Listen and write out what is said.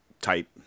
type